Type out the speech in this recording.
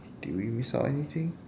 did we miss out anything